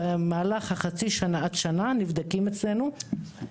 נבדקים במהלך חצי שנה עד שנה לאחר מכן,